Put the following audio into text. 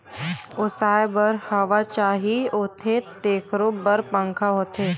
ओसाए बर हवा चाही होथे तेखरो बर पंखा होथे